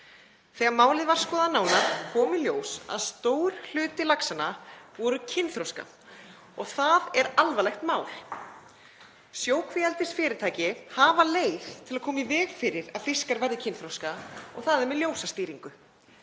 Þegar málið var skoðað nánar kom í ljós að stór hluti laxanna var kynþroska og það er alvarlegt mál. Sjókvíaeldisfyrirtæki hafa leið til að koma í veg fyrir að fiskar verði kynþroska og það er með ljósastýringu.